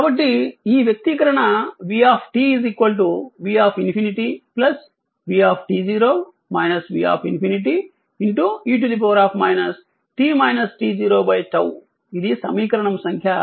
కాబట్టి ఈ వ్యక్తీకరణ v v ∞ v v∞ e 𝜏 ఇది సమీకరణం సంఖ్య 58